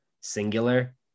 singular